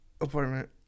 apartment